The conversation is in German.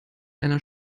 einer